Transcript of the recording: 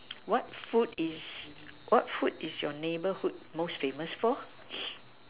what food is what food is your neighbourhood most famous for